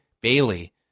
Bailey